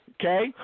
Okay